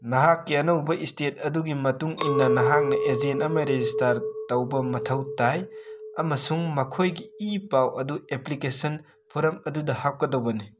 ꯅꯍꯥꯛꯀꯤ ꯑꯅꯧꯕ ꯏꯁꯇꯦꯠ ꯑꯗꯨꯒꯤ ꯃꯇꯨꯡ ꯏꯟꯅ ꯅꯍꯥꯛꯅ ꯑꯦꯖꯦꯟ ꯑꯃ ꯔꯦꯖꯤꯁꯇꯥꯔ ꯇꯧꯕ ꯃꯊꯧ ꯇꯥꯏ ꯑꯃꯁꯨꯡ ꯃꯈꯣꯏꯒꯤ ꯏ ꯄꯥꯎ ꯑꯗꯨ ꯑꯦꯄ꯭ꯂꯤꯀꯦꯁꯟ ꯐꯣꯔꯝ ꯑꯗꯨꯗ ꯍꯥꯞꯀꯗꯧꯕꯅꯤ